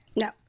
No